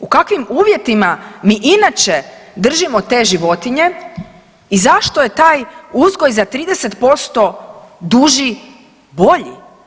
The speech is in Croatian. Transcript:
U kakvim uvjetima mi inače držimo te životinje i zašto je taj uzgoj za 30% duži bolji?